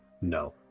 no